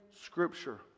scripture